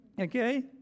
okay